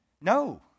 no